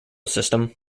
system